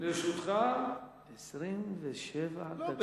לרשותך 27 דקות.